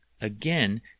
again